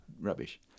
rubbish